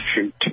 Shoot